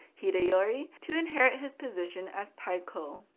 hideyori, to inherit his position as taiko.